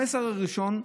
המסר הראשון,